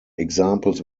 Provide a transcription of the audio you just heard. examples